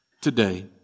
today